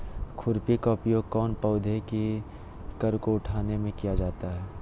खुरपी का उपयोग कौन पौधे की कर को उठाने में किया जाता है?